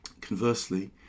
Conversely